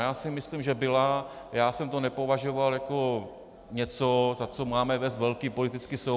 Já si myslím, že byla, já jsem to nepovažoval jako něco, za co máme vést velký politický souboj.